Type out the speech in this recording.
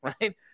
Right